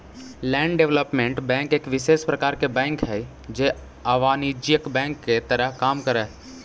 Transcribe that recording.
land development bank एक विशेष प्रकार के बैंक हइ जे अवाणिज्यिक बैंक के तरह काम करऽ हइ